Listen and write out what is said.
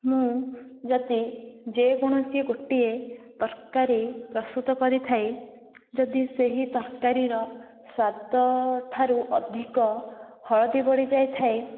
ମୁଁ ଯଦି ଯେକୌଣସି ଗୋଟିଏ ତରକାରୀ ପ୍ରସ୍ତୁତ କରିଥାଏ ଯଦି ସେହି ତାରକାରୀର ସ୍ୱାଦ ଠାରୁ ଅଧିକ ହଳଦୀ ପଡ଼ିଯାଇଥାଏ